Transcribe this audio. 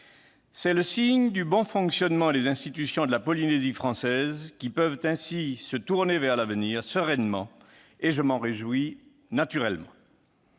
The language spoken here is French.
C'est le signe du bon fonctionnement des institutions de la Polynésie française, qui peuvent ainsi se tourner vers l'avenir avec sérénité ; je m'en réjouis, naturellement.